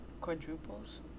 quadruples